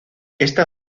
esta